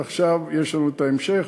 ועכשיו יש לנו ההמשך,